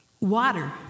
Water